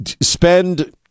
spend